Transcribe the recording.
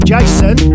Jason